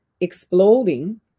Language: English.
Exploding